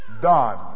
done